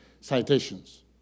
citations